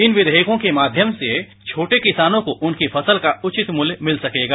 इन विधेयकों के माध्यम से छोटे किसानों को उनकी फसल का उचित मुल्य मिल सकेगा